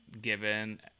given